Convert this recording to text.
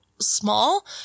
small